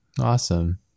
Awesome